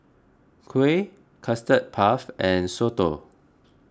Kuih Custard Puff and Soto